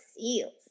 seals